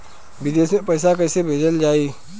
विदेश में पईसा कैसे भेजल जाई?